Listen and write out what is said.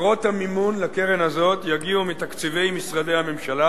מקורות המימון לקרן הזאת יהיו תקציבי משרדי הממשלה.